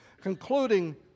concluding